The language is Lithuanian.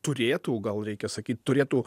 turėtų gal reikia sakyt turėtų